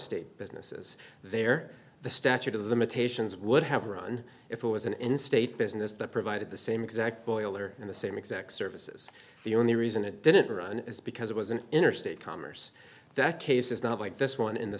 state businesses there the statute of limitations would have run if it was an in state business that provided the same exact boiler in the same exact services the only reason it didn't run is because it was an interstate commerce that case is not like this one in the